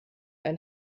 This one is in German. ein